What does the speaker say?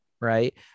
right